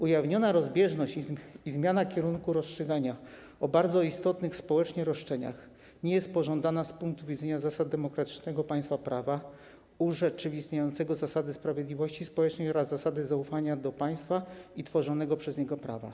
Ujawniona rozbieżność i zmiana kierunku rozstrzygania o bardzo istotnych społecznie roszczeniach nie jest pożądana z punktu widzenia zasad demokratycznego państwa prawa urzeczywistniającego zasady sprawiedliwości społecznej oraz zasady zaufania do państwa i tworzonego przez niego prawa.